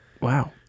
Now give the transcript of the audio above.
Wow